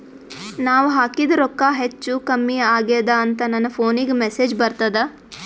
ನಾವ ಹಾಕಿದ ರೊಕ್ಕ ಹೆಚ್ಚು, ಕಮ್ಮಿ ಆಗೆದ ಅಂತ ನನ ಫೋನಿಗ ಮೆಸೇಜ್ ಬರ್ತದ?